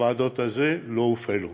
הוועדות האלה לא הופעלו.